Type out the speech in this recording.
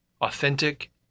authentic